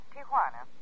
Tijuana